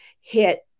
hit